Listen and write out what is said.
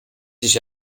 sich